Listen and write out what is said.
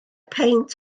peint